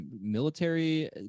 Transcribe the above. military